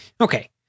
okay